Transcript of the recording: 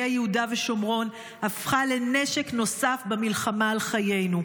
יהודה ושומרון הפכה לנשק נוסף במלחמה על חיינו.